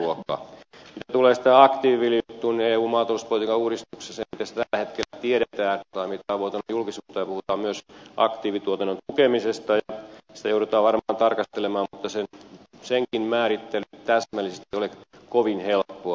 mitä tulee sitten aktiiviviljelyjuttuun niin eu maatalouspolitiikan uudistuksessa mitä siitä tällä hetkellä tiedetään tai mitä on vuotanut julkisuuteen puhutaan myös aktiivituotannon tukemisesta ja sitä joudutaan varmaan tarkastelemaan mutta senkään määrittely täsmällisesti ei ole kovin helppoa